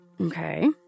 Okay